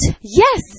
Yes